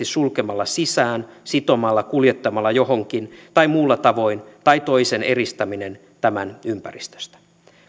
sulkemalla sisään sitomalla kuljettamalla johonkin tai muulla tavoin tai toisen eristäminen tämän ympäristöstä